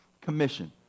commission